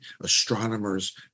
astronomers